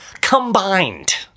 combined